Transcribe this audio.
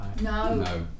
no